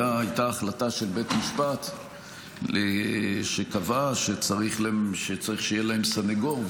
הייתה החלטה של בית משפט שקבעה שצריך שיהיה להם סנגור,